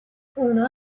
اونها